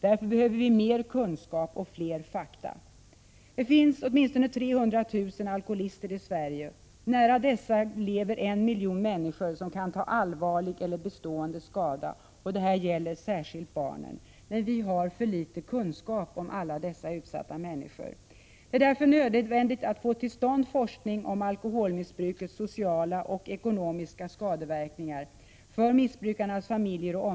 Därför behöver vi mer kunskap och fler fakta. Det finns åtminstone 300 000 alkoholister i Sverige. Nära dessa lever en miljon människor, som kan ta allvarlig och bestående skada. Det gäller särskilt barnen. Men vi har för litet kunskap om alla dessa utsatta människor. Det är därför nödvändigt att få till stånd forskning om alkoholmissbrukets sociala och ekonomiska skadeverkningar för missbrukarnas familjer och Prot.